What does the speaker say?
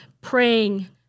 praying